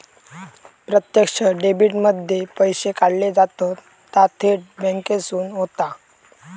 प्रत्यक्ष डेबीट मध्ये पैशे काढले जातत ता थेट बॅन्केसून होता